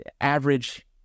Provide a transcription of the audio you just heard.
average